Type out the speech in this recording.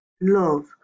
love